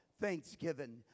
Thanksgiving